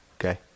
Okay